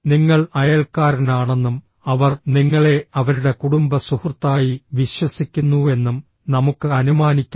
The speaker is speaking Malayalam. നിങ്ങൾ അയൽക്കാരനാണെന്നും അവർ നിങ്ങളെ അവരുടെ കുടുംബസുഹൃത്തായി വിശ്വസിക്കുന്നുവെന്നും നമുക്ക് അനുമാനിക്കാം